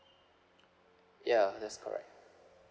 ya that's correct